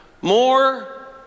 more